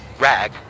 RAG